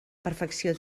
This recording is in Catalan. perfecció